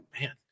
man